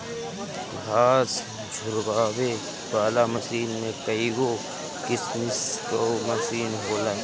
घास झुरवावे वाला मशीन में कईगो किसिम कअ मशीन होला